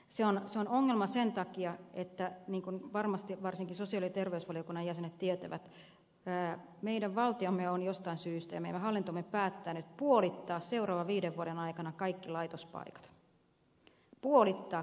se on ongelma sen takia että niin kuin varmasti varsinkin sosiaali ja terveysvaliokunnan jäsenet tietävät meidän valtiomme ja meidän hallintomme on jostain syystä päättänyt puolittaa seuraavan viiden vuoden aikana kaikki laitospaikat puolittaa kaikki laitospaikat